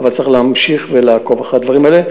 אבל צריך להמשיך ולעקוב אחרי הדברים האלה.